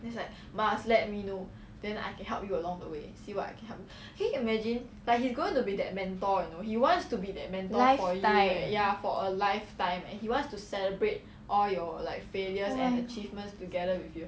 lifetime !wah!